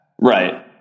Right